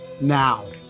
now